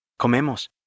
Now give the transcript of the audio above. Comemos